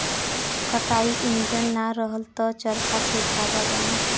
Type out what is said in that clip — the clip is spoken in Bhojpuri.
कताई इंजन ना रहल त चरखा से धागा बने